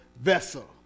vessel